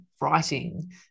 writing